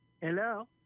Hello